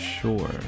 sure